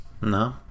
No